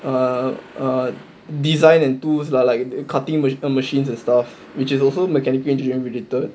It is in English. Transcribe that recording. err err design and tools lah like cutting the mac~ machines and stuff which is also mechanical engineering related